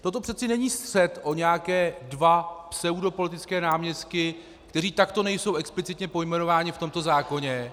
Toto přece není střet o nějaké dva pseudopolitické náměstky, kteří takto nejsou explicitně pojmenováni v tomto zákoně.